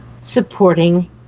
supporting